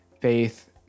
faith